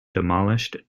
demolished